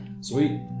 Sweet